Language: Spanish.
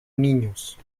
niños